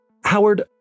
Howard